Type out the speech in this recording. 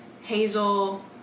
Hazel